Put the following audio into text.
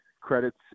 credits